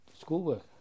schoolwork